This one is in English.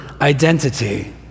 identity